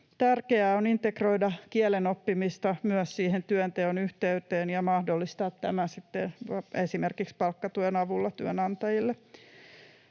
Tärkeää on integroida kielen oppimista myös siihen työnteon yhteyteen ja mahdollistaa tämä työnantajille esimerkiksi palkkatuen avulla.